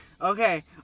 Okay